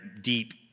deep